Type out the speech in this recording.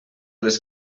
les